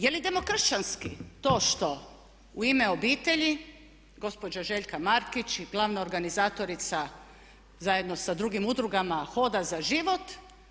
Je li demokršćanski to što u ime obitelji gospođa Željka Markić i glavna organizatorica zajedno sa drugim udrugama hoda za život.